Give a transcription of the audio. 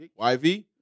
YV